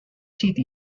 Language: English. city